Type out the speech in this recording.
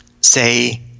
say